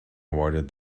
awarded